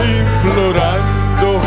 implorando